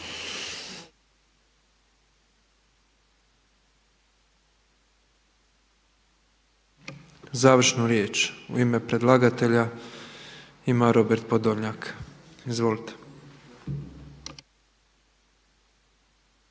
Završnu riječ u ime predlagatelja ima Robert POdolnjak. Izvolite.